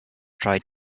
tried